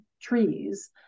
trees